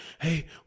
hey